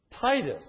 Titus